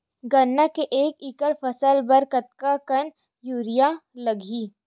गन्ना के एक एकड़ फसल बर कतका कन यूरिया लगही?